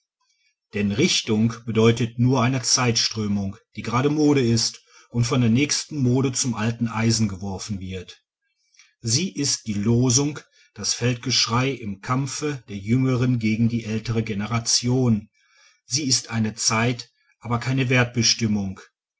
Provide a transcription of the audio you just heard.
denn richtung bedeutet nur eine zeitströmung die grade mode ist und von der nächsten mode zum alten eisen geworfen wird sie ist die losung das feldgeschrei im kampfe der jüngeren gegen die ältere generation sie ist eine zeit aber keine